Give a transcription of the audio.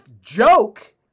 joke